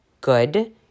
good